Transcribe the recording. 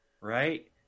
right